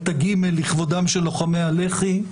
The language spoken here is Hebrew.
את הגימ"ל לכבודם של לוחמי הלח"י,